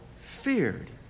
feared